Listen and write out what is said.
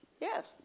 Yes